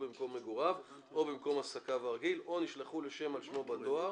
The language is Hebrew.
במקום מגוריו או במקום עסקיו הרגיל או נשלחו לשם על שמו בדואר,